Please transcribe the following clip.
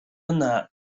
yna